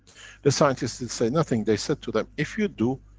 the scientists didn't say nothing. they said to them, if you do,